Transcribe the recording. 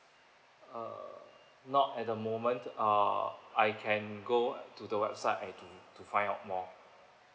uh not at the moment uh I can go to the website and to to find out more